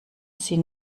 sie